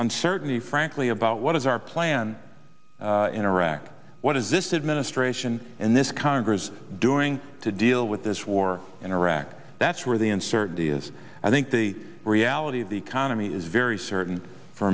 and certainly frankly about what is our plan in iraq what is this administration and this congress doing to deal with this war in iraq that's where the uncertainty is i think the reality of the economy is very certain for